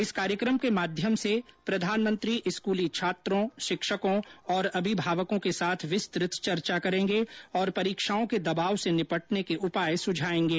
इस कार्यक्रम के माध्यम से प्रधानमंत्री स्कूली छात्रों शिक्षकों और अभिभावको के साथ विस्तृत चर्चा करेंगे और परीक्षाओं के दबाव से निपटने के उपाय सुझाएंगे